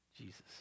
Jesus